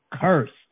cursed